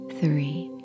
three